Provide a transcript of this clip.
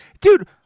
dude